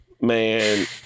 man